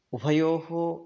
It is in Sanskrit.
उभयोः